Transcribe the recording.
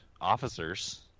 officers